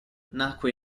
nacque